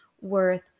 worth